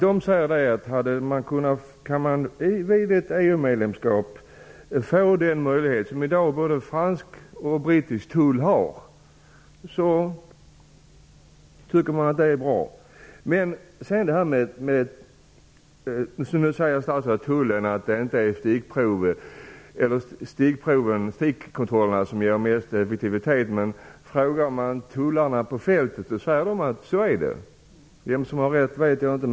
De säger att det är bra om man vid ett EU-medlemskap kan få den möjlighet som i dag både fransk och brittisk tull har. Statsrådet säger att det inte är stickprovskontrollerna som ger mest effektivitet, men om man frågar tullarna på fältet säger de att det är så. Vem som har rätt vet jag inte.